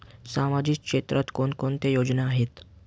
सामाजिक क्षेत्रात कोणकोणत्या योजना आहेत?